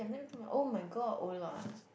ma-you-ji [oh]-my-god Or Lua ah